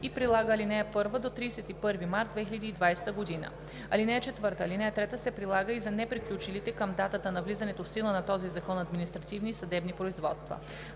и прилага ал. 1 до 31 март 2020 г. (4) Алинея 3 се прилага и за неприключилите към датата на влизането в сила на този закон административни и съдебни производства.